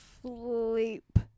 Sleep